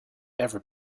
ever